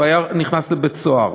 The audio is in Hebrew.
הוא היה נכנס לבית-סוהר